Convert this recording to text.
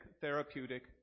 therapeutic